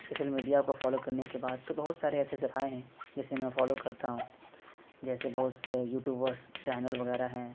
social media کو follow کرنے کے بعد تو بہت سارے ایسے ذرائع ہیں جیسے میں فالو کرتا ہوں جیسے بہت سے یوٹوبرس چینل وغیرہ ہیں